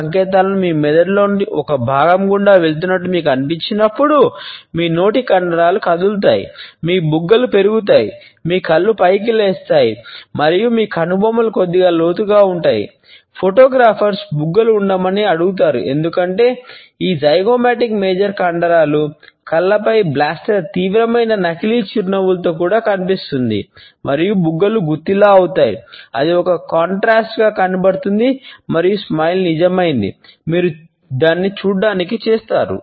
చేతన మెదడు అంటే మనం జైగోమాటిక్ కనబడుతుంది మరియు స్మైల్ నిజమైనది మీరు దానిని చూడటానికి చేస్తారు